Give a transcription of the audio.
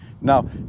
Now